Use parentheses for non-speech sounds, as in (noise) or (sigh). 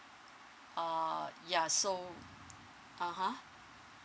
uh ya so (noise) (uh huh)